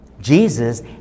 Jesus